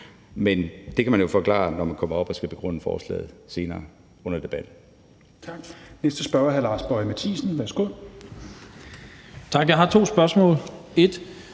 Men det kan man jo forklare, når man kommer op og skal begrunde forslaget senere under debatten.